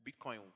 Bitcoin